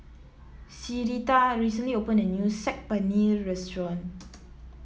Syreeta recently opened a new Saag Paneer Restaurant